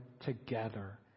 together